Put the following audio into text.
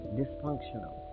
dysfunctional